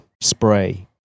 spray